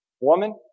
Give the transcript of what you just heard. Woman